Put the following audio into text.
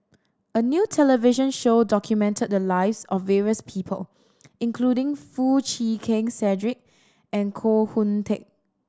a new television show documented the lives of various people including Foo Chee Keng Cedric and Koh Hoon Teck